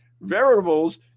variables